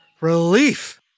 relief